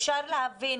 אפשר להבין